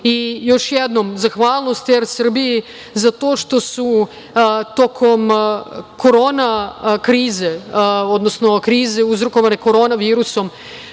jednom, zahvalnost „Er Srbiji“ za to što su tokom korona krize, odnosno krize uzrokovane korona virusom